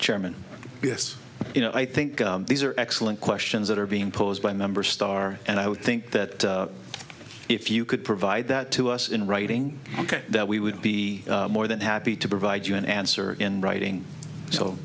chairman yes you know i think these are excellent questions that are being posed by a number star and i would think that if you could provide that to us in writing ok that we would be more than happy to provide you an answer in writing so